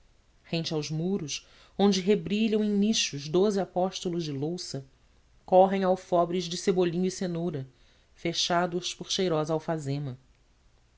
rente aos muros onde rebrilham em nichos doze apóstolos de louça correm alfobres de cebolinho e cenoura fechados por cheirosa alfazema